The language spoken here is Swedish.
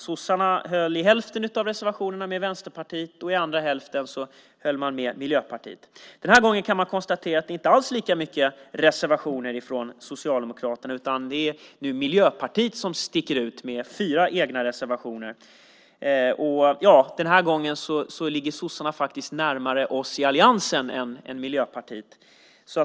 I hälften av reservationerna höll sossarna med Vänsterpartiet; i andra hälften höll man med Miljöpartiet. Den här gången kan man konstatera att det inte alls är lika många reservationer från Socialdemokraterna. Nu är det Miljöpartiet som sticker ut med fyra egna reservationer. Den här gången ligger sossarna faktiskt närmare oss i alliansen än Miljöpartiet.